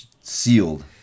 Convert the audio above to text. sealed